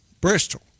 Bristol